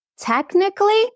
Technically